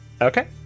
okay